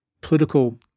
political